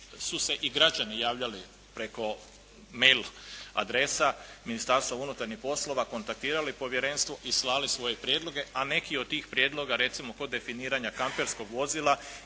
su se i građani javljali preko mail adresa Ministarstva unutarnjih poslova, kontaktirali povjerenstvo i slali svoje prijedloge a neki od tih prijedloga recimo kod definiranja kamperskog vozila